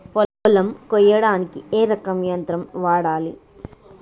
పొలం కొయ్యడానికి ఏ రకం యంత్రం వాడాలి?